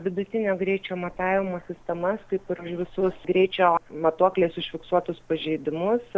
vidutinio greičio matavimo sistemas kaip ir už visus greičio matuokliais užfiksuotus pažeidimus